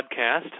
podcast